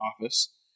office